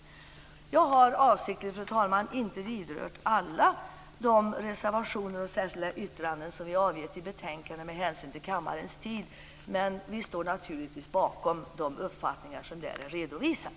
Jag har avsiktligt med hänsyn till kammarens tid inte vidrört alla de reservationer och särskilda yttranden som avgivits vid betänkandet, men vi står naturligtvis bakom de uppfattningar som vi där har redovisat.